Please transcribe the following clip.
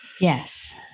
yes